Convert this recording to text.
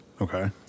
Okay